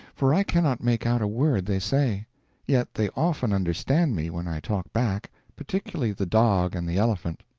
for i cannot make out a word they say yet they often understand me when i talk back, particularly the dog and the elephant.